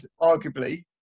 arguably